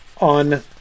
on